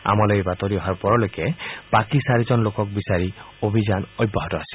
আমালৈ এই বাতৰি অহা পৰলৈকে বাকী চাৰিজন লোকক বিচাৰি অভিযান অব্যাহত আছিল